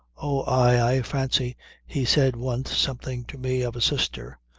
oh, aye, i fancy he said once something to me of a sister.